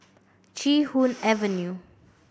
Chee Hoon Avenue